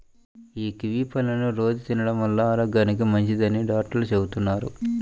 యీ కివీ పళ్ళని రోజూ తినడం వల్ల ఆరోగ్యానికి మంచిదని డాక్టర్లు చెబుతున్నారు